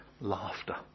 laughter